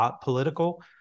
political